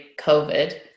COVID